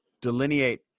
delineate